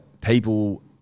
people